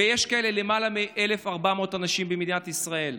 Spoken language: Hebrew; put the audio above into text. ויש כאלה למעלה מ-1,400 אנשים במדינת ישראל.